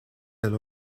del